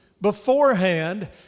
beforehand